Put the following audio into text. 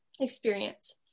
experience